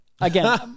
Again